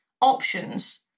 options